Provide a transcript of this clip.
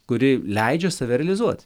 kuri leidžia save realizuoti